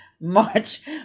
March